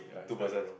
but it's quite true